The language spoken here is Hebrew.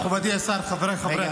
מכובדי השר, חבריי חברי הכנסת,